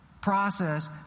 process